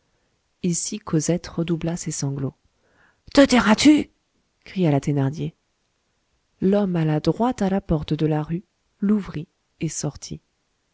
ici cosette redoubla ses sanglots te tairas-tu cria la thénardier l'homme alla droit à la porte de la rue l'ouvrit et sortit